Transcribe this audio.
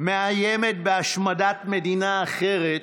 מאיימת בהשמדת מדינה אחרת,